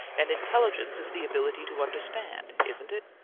and intelligence is the ability to understand, isn't it?